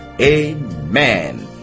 Amen